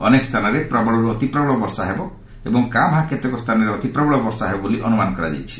ଅନେକ ସ୍ଥାନରେ ପ୍ରବଳରୁ ଅତିପ୍ରବଳ ବର୍ଷା ହେବ ଏବଂ କାଁ ଭାଁ କେତେକ ସ୍ଥାନରେ ଅତିପ୍ରବଳ ବର୍ଷା ହେବ ବୋଲି ଅନୁମାନ କରାଯାଉଛି